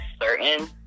certain